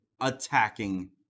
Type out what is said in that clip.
attacking